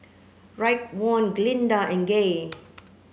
Raekwon Glinda and Gay